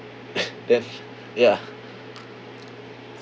then ya